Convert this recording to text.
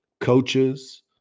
Coaches